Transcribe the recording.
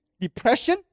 Depression